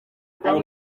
uwo